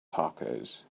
tacos